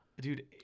Dude